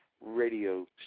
radio